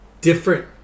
different